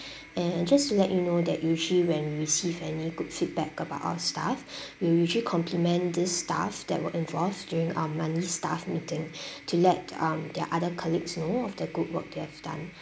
and just to let you know that usually when we receive any good feedback about our staff we will usually compliment this staff that were involved during our monthly staff meeting to let um their other colleagues know of the good work they have done